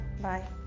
Bye